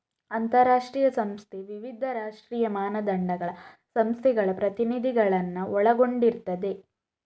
ಅಂತಾರಾಷ್ಟ್ರೀಯ ಸಂಸ್ಥೆ ವಿವಿಧ ರಾಷ್ಟ್ರೀಯ ಮಾನದಂಡಗಳ ಸಂಸ್ಥೆಗಳ ಪ್ರತಿನಿಧಿಗಳನ್ನ ಒಳಗೊಂಡಿರ್ತದೆ